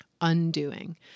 undoing